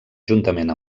juntament